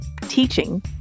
teaching